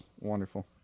wonderful